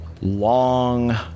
long